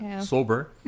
sober